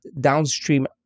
downstream